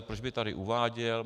Proč by je tady uváděl?